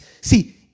see